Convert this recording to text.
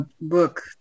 book